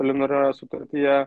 preliminarioje sutartyje